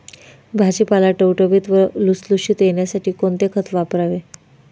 भाजीपाला टवटवीत व लुसलुशीत येण्यासाठी कोणते खत वापरावे?